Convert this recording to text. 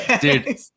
Dude